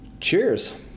cheers